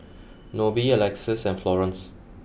Nobie Alexys and Florance